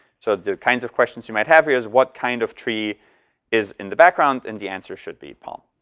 so the kinds of questions you might have here is what kind of tree is in the background. and the answer should be palm.